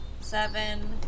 Seven